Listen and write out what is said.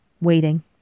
waiting